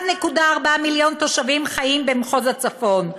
1.4 מיליון תושבים חיים במחוז הצפון.